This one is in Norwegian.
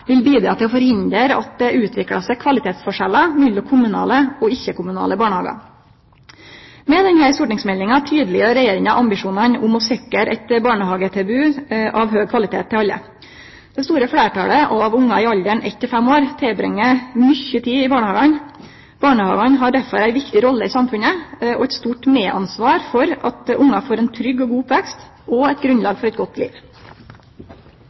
vil bidra til å forhindre at det utviklar seg kvalitetsforskjellar mellom kommunale og ikkje-kommunale barnehagar. Med denne stortingsmeldinga tydeleggjer Regjeringa ambisjonane om å sikre eit barnehagetilbod av høg kvalitet til alle. Det store fleirtalet av ungane i alderen eit til fem år bruker mykje tid i barnehagen. Barnehagen har derfor ein viktig rolle i samfunnet og eit stor medansvar for at ungane får ein trygg og god oppvekst og eit grunnlag for eit godt liv.